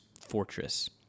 fortress